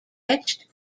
etched